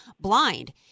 blind